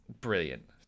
brilliant